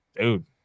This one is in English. dude